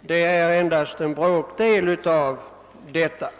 Domänverkets kapitalförräntning utgör endast en bråkdel av denna.